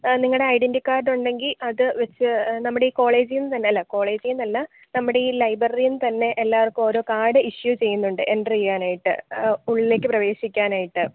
നിങ്ങളുടെ identity card ഉണ്ടെങ്കിൽ അത് വച്ചു നമ്മുടെ ഈ കോളേജിൽ നിന്ന് തന്നെ അല്ല കോളേജിൽ നിന്ന് അല്ല നമ്മടെ ഈ ലൈബ്രറിയിൽ നിന്ന് തന്നെ എല്ലാവർക്കും ഓരോ കാർഡ് ഇഷ്യൂ ചെയ്യുന്നുണ്ട് എൻട്രി ചെയ്യാൻ ഉള്ളിലേക്ക് പ്രവേശിക്കാനായിട്ട്